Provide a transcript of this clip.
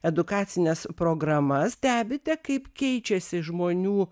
edukacines programas stebite kaip keičiasi žmonių